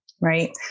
right